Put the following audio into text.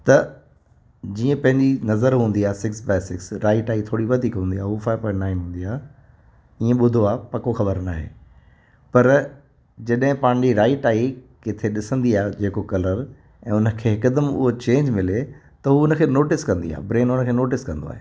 त जीअं पंहिंजी नज़र हूंदी अ six by six right eye थोरी वधीक हूंदी आहे हूअ फ़ाए पॉंईट नाएन हूंदी आहे ईअं ॿुधो आहे पक्को ख़बर नाहे पर जॾहिं पंहिंजी राईट आई किथे ॾिसंदी आहे जेको कलर ऐं उन खे हिकदमि उहो चेंजु मिले त उहो उन खे नॉटिस कंदी आहे ब्रेन उन खे नॉटिस कंदो आहे